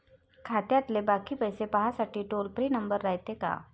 खात्यातले बाकी पैसे पाहासाठी टोल फ्री नंबर रायते का?